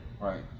Right